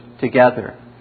together